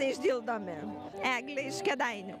neišdildomi eglė iš kėdainių